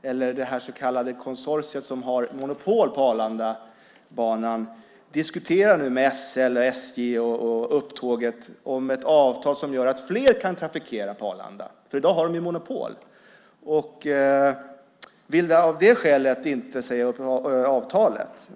det så kallade konsortium som har monopol på Arlandabanan diskutera med SL, SJ och Upptåget om ett avtal som gör att fler kan trafikera banan - i dag har de ju monopol - och vill av det skälet inte säga upp avtalet.